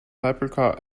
paprika